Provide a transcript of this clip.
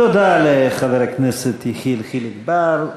תודה לחבר הכנסת יחיאל חיליק בר.